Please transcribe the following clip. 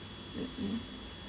mm mm